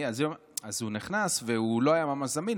אז הוא נכנס והוא לא היה ממש זמין,